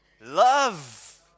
Love